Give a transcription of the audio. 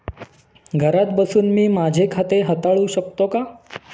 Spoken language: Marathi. घरात बसून मी माझे खाते हाताळू शकते का?